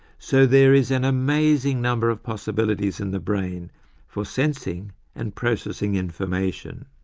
so there is an amazing number of possibilities in the brain for sensing and processing information.